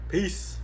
Peace